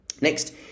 Next